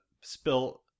Spill